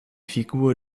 figur